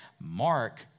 Mark